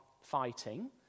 fighting